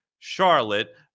Charlotte